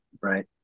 Right